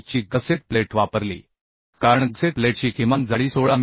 ची gusset plate वापरली कारण गसेट प्लेटची किमान जाडी 16 मि